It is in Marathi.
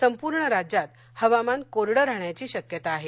संपर्ण राज्यात हवामान कोरडं राहण्याची शक्यता आहे